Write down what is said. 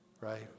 right